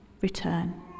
Return